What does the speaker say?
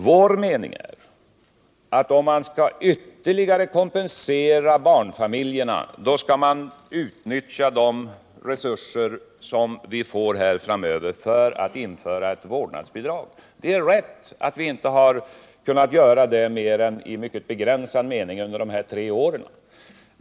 Vår mening är att om man skall ytterligare kompensera barnfamiljerna, skall man utnyttja de resurser som vi får framöver till att införa ett vårdnadsbidrag. Det är sant att vi inte kunnat göra det annat än i mycket begränsad mening under dessa två år.